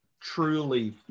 truly